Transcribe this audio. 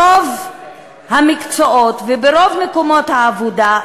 ברוב המקצועות וברוב מקומות העבודה,